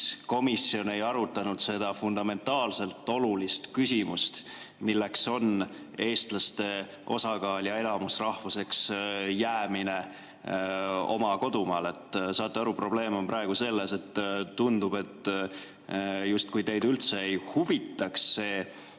komisjon ei arutanud seda fundamentaalselt olulist küsimust, milleks on eestlaste osakaal ja enamusrahvuseks jäämine oma kodumaal? Saate aru, probleem on praegu selles, et tundub, justkui teid üldse ei huvitaks see,